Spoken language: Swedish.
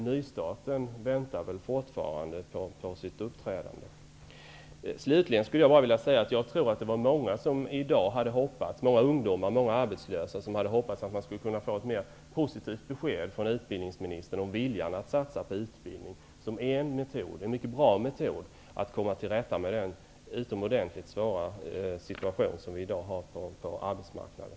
Vi väntar fortfarande på nystarten. Slutligen vill jag säga att jag tror att många -- ungdomar och arbetslösa -- i dag hade hoppats att man skulle kunna få ett mera positivt besked från utbildningsministern om viljan av att satsa på utbildning, som en mycket bra metod för att komma till rätta med den utomordentligt svåra situation som vi i dag har på arbetsmarknaden.